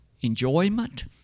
enjoyment